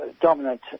dominant